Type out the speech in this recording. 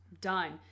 done